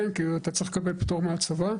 כן כי אתה צריך לקבל פטור מהצבא,